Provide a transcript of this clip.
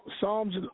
Psalms